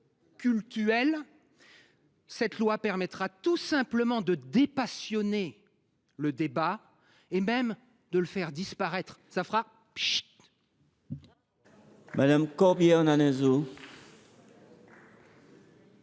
de loi permettra tout simplement de dépassionner le débat et même de le faire disparaître : vous verrez,